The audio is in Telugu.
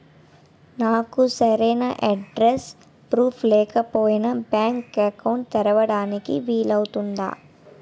నాకు సరైన అడ్రెస్ ప్రూఫ్ లేకపోయినా బ్యాంక్ అకౌంట్ తెరవడానికి వీలవుతుందా?